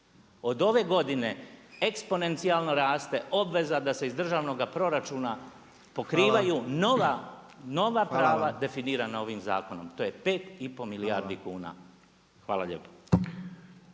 Od ove godine eksponencijalno raste obveza da se iz državnog proračuna pokrivaju nova prava definirana ovim zakonom, to je 5 i pol milijardi kuna. Hvala lijepo.